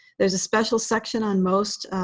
there's a special section on most,